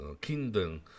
kingdom